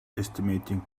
estimating